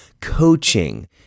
coaching